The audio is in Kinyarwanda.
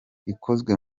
ikozwe